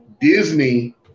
Disney